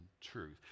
truth